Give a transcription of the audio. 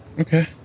Okay